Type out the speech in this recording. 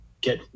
get